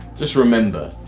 just remember,